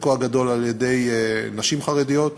וחלקו הגדול על-ידי נשים חרדיות.